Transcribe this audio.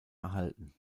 erhalten